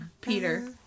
Peter